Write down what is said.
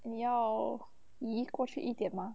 你要移过去一点吗